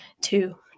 Two